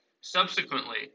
Subsequently